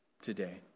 today